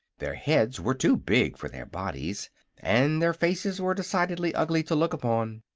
their heads were too big for their bodies and their faces were decidedly ugly to look upon.